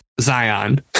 Zion